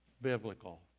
Biblical